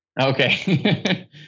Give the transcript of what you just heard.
Okay